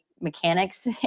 mechanics